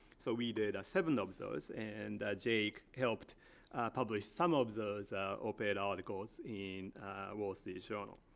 so we did seven of those. and jake helped publish some of those op-ed articles in wall street journal.